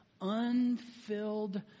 unfilled